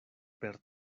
per